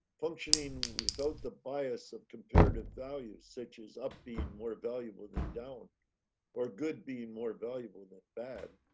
functioning without the bias of comparative values such as up being more valuable than down or good being more valuable and than bad